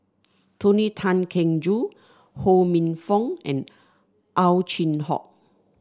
Tony Tan Keng Joo Ho Minfong and Ow Chin Hock